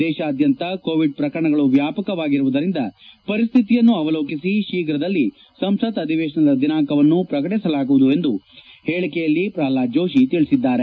ದೇಶಾದ್ಯಂತ ಕೋವಿಡ್ ಪ್ರಕರಣಗಳು ವ್ಯಾಪಕವಾಗಿರುವುದರಿಂದ ಪರಿಸ್ಥಿತಿಯನ್ನು ಅವಲೋಕಿಸಿ ಶೀಘ್ರದಲ್ಲಿ ಸಂಸತ್ ಅಧಿವೇಶನದ ದಿನಾಂಕವನ್ನು ಪ್ರಕಟಿಸಲಾಗುವುದು ಎಂದು ಪೇಳಿಕೆಯಲ್ಲಿ ಪ್ರಲ್ವಾದ್ ಜೋಶಿ ತಿಳಿಸಿದ್ದಾರೆ